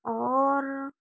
और